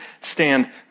stand